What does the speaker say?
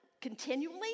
continually